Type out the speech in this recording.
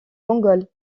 mongols